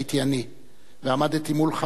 לא יכול להיות ששבעה